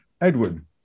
Edward